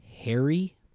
Harry